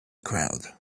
crowd